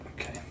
Okay